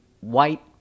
white